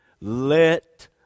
Let